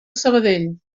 sabadell